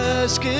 ask